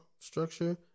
structure